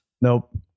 Nope